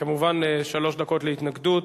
כמובן, שלוש דקות להתנגדות